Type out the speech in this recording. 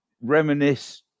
reminisce